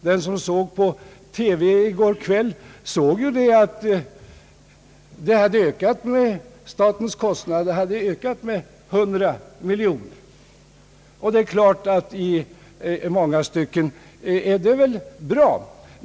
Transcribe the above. Den som såg på TV i går kväll fick reda på att statens kostnader med anledning av denna reform hade ökats med 100 miljoner kronor. Det är klart att reformen i långa stycken är bra.